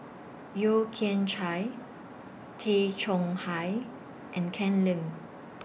Yeo Kian Chai Tay Chong Hai and Ken Lim